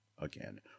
again